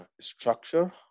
structure